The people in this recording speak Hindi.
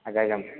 अगर हम